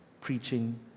preaching